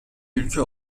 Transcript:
ülke